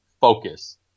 focus